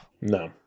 No